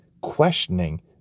Questioning